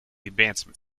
advancement